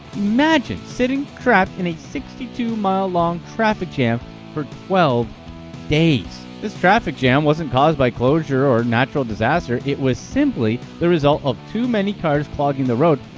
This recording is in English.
imagine sitting trapped in a sixty two mile long traffic jam for twelve days! this traffic jam wasn't caused by closure or natural disaster. it was simply the result of too many cars clogging the road,